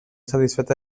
satisfeta